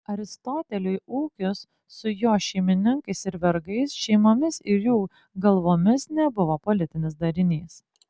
aristoteliui ūkis su jo šeimininkais ir vergais šeimomis ir jų galvomis nebuvo politinis darinys